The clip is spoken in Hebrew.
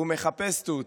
הוא מחפש תות.